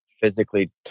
physically